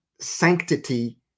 sanctity